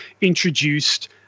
introduced